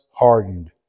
hardened